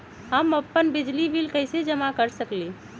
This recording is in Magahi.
हम अपन बिजली बिल कैसे जमा कर सकेली?